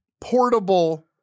portable